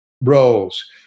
roles